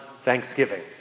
Thanksgiving